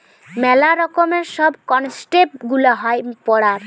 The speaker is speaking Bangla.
মেলা রকমের সব কনসেপ্ট গুলা হয় পড়ার